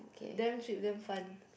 damn cheap damn fun